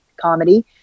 comedy